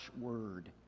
word